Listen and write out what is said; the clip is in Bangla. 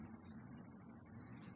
ছাত্র হ্যাঁ